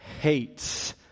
hates